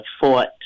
fought